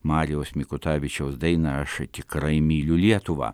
marijaus mikutavičiaus daina aš tikrai myliu lietuvą